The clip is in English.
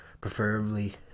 Preferably